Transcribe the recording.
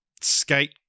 skate